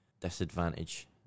disadvantage